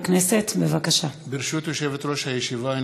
ברשות יושב-ראש הישיבה,